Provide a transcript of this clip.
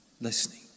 Listening